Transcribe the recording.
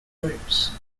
groups